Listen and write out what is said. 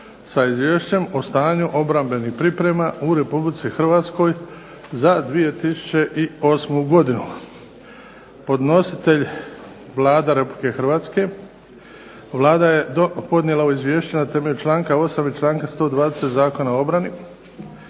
s Izvješćem o stanju obrambenih priprema u Republici Hrvatskoj za 2009. godinu Podnositelj Vlada Republike Hrvatske, Vlada je podnijela ovo Izvješće na temelju članka 8. i članka 120. Zakona o obrani.